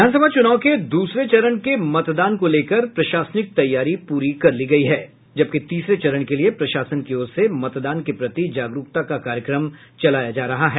विधानसभा चुनाव के दूसरे चरण के मतदान को लेकर प्रशासनिक तैयारी पूरी कर ली गई है जबकि तीसरे चरण के लिये प्रशासन की ओर से मतदान के प्रति जागरूकता का कार्यक्रम चलाया जा रहा है